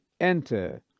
enter